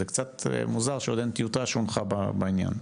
זה קצת מוזר שעוד אין טיוטה שהונחה בעניין.